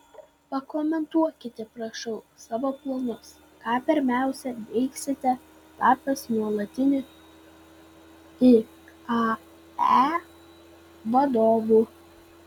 pakomentuokite prašau savo planus ką pirmiausia veiksite tapęs nuolatiniu iae vadovu